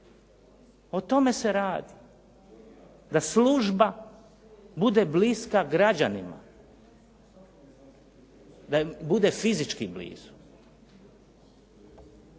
O tome se radi da služba bude bliska građanima, da bude fizički blizu.